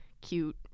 Cute